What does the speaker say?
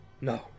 No